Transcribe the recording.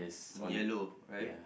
in yellow right